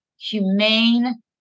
humane